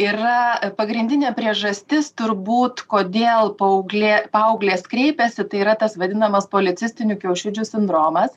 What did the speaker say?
yra pagrindinė priežastis turbūt kodėl paauglė paauglės kreipiasi tai yra tas vadinamas policistinių kiaušidžių sindromas